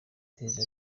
iperereza